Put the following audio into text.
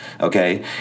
Okay